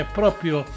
proprio